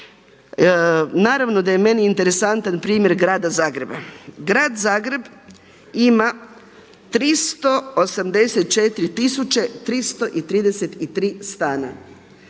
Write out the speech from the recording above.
Naravno da je meni interesantan primjer grada Zagreba. Grad Zagreb ima 384 tisuće 333 stana.